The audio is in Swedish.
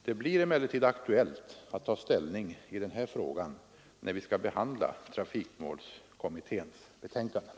Det blir emellertid aktuellt att ta ställning i frågan när vi skall behandla trafikmålskommitténs betänkanden.